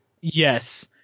Yes